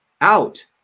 out